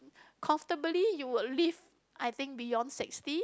comfortably you would live I think beyond sixty